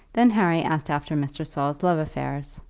then harry asked after mr. saul's love-affairs.